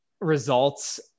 results